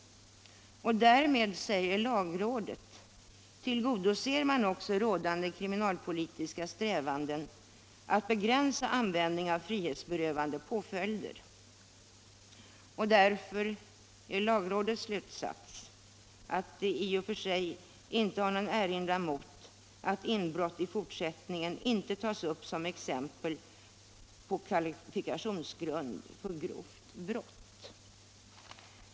Därmed, säger lagrådet, tillgodoser man också rådande kriminalpolitiska strävanden att begränsa användningen av frihetsberövande påföljder. Därför är lagrådets slutsats att det i och för sig inte har någon erinran mot att inbrott i fortsättningen inte tas upp som exempel på kvalifikationsgrund för grovt brott.